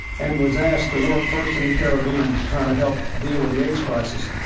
and was asked to work, first in the caribbean, to try to help deal with the aids crisis,